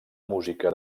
música